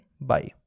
bye